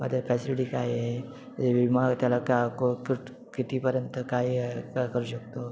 मधे फॅसिलिटी काय आहे विमा त्याला का को कुठ् कितीपर्यंत काय ए करू शकतो